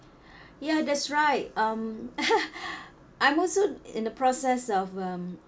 ya that's right um I'm also in the process of um